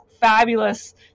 fabulous